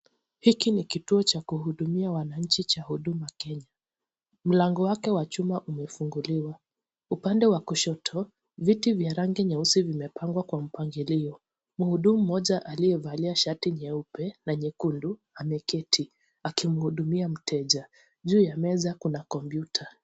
Hiki ni kituo cha kuhudumia wanainchi cha huduma Kenya. Mlango wake wa chuma umefunguliwa. Upande wa kushoto , viti vya rangi nyeusi vimepangwa kwa mpangilio. Mhudumu moja aliyevalia shati nyeupe na nyekundu ameketi akimhudumia mteja. Juu ya meza Kuna kompyuta .